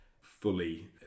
fully